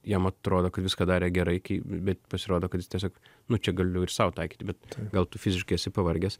jam atrodo kad viską darė gerai kai bet pasirodo kad jis tiesiog nu čia galiu ir sau taikyti bet gal tu fiziškai esi pavargęs